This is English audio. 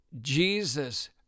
Jesus